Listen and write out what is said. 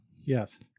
yes